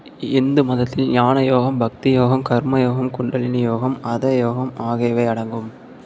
இந்து மதத்தில் ஞான யோகம் பக்தி யோகம் கர்ம யோகம் குண்டலினி யோகம் ஹத யோகம் ஆகியவை அடங்கும்